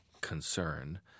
concern